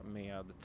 med